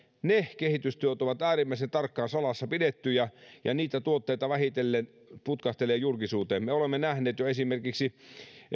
ne kehitystyöt ovat äärimmäisen tarkkaan salassa pidettyjä ja niitä tuotteita vähitellen putkahtelee julkisuuteen me olemme nähneet jo esimerkiksi